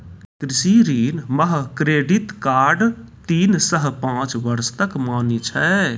कृषि ऋण मह क्रेडित कार्ड तीन सह पाँच बर्ष तक मान्य छै